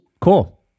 Cool